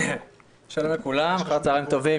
שלום לכולם, אחר צוהריים טובים.